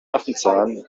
affenzahn